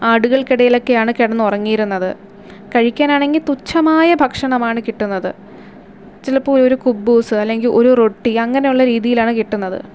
ആടുകൾക്കിടയിലൊക്കെയാണ് കിടന്നുറങ്ങിയിരുന്നത് കഴിക്കാനാണെങ്കിൽ തുച്ഛമായ ഭക്ഷണമാണ് കിട്ടുന്നത് ചിലപ്പോൾ ഒരു കുബൂസ് അല്ലെങ്കിൽ ഒരു റൊട്ടി അങ്ങനെ ഉള്ള രീതിയിലാണ് കിട്ടുന്നത്